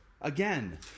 again